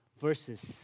versus